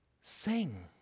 Sing